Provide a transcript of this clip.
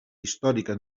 històrica